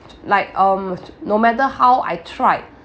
like um no matter how I tried